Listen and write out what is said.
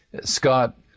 Scott